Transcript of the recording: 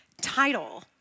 title